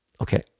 okay